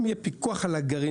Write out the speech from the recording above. אם יהיה פיקוח על הגרעינים